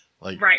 Right